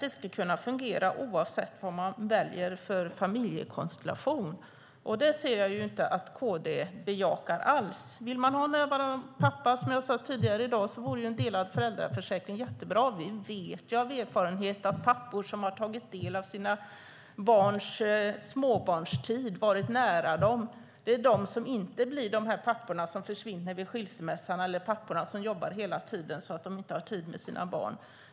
Det ska kunna fungera oavsett vad man väljer för familjekonstellation, och det ser jag inte att KD bejakar alls. Vill man ha närvarande pappor, som jag sade tidigare i dag, vore ju en delad föräldraförsäkring jättebra. Vi vet av erfarenhet att pappor som har tagit del av sina barns småbarnstid och varit nära dem inte blir sådana pappor som försvinner vid en skilsmässa eller jobbar hela tiden och inte har tid med sina barn.